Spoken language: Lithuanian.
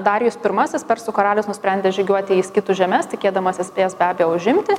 darijus pirmasis persų karalius nusprendė žygiuoti į skitų žemes tikėdamasis spės be abejo užimti